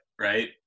right